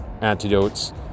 antidotes